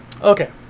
Okay